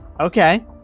okay